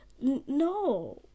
No